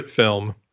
film